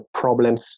problems